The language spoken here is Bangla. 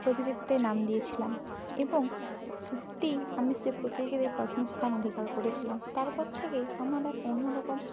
প্রতিযোগিতায় নাম দিয়েছিলাম এবং সত্যিই আমি সে প্রতিযোগিতায় প্রথম স্থান অধিকার করেছিলাম তারপর থেকেই আমার এক অন্যরকম